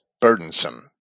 burdensome